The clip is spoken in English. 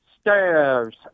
Stairs